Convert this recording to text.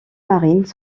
marines